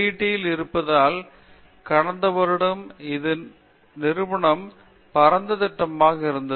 IITயில் இருப்பதால் கடந்த வருடம் அது நிறுவனம் பரந்த திட்டமாக மாறியது